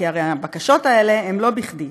כי הרי הבקשות האלה הן לא בכדי.